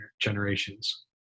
generations